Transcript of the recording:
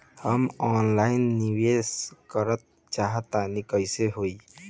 हम ऑफलाइन निवेस करलऽ चाह तनि कइसे होई?